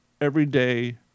everyday